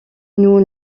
nous